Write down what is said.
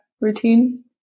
routine